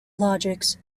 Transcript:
logics